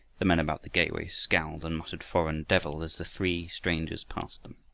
the men about the gateway scowled and muttered foreign devil, as the three strangers passed them.